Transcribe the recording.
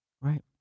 Right